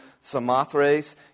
Samothrace